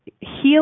heal